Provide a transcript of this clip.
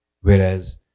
Whereas